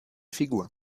figur